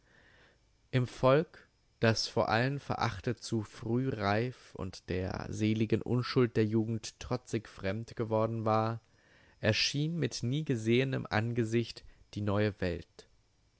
im volk das vor allen verachtet zu früh reif und der seligen unschuld der jugend trotzig fremd geworden war erschien mit niegesehenem angesicht die neue welt